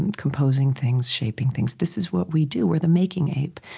and composing things, shaping things. this is what we do. we're the making ape.